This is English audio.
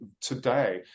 today